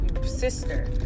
sister